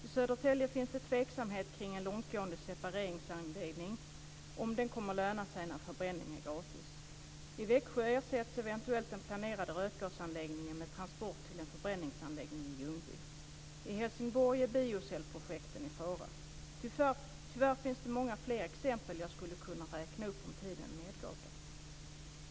I Södertälje finns det tveksamhet kring om ifall en långtgående separeringsanläggning kommer att löna sig när förbränning är gratis. I Växjö ersätts eventuellt den planerade rötgasanläggningen med transport till en förbränningsanläggning i Ljungby. I Helsingborg är biocellsprojekten i fara. Tyvärr finns det många fler exempel som jag skulle kunna räkna upp om tiden medgav det.